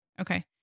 Okay